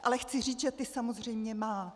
Ale chci říct, že ty samozřejmě má.